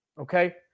okay